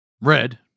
Red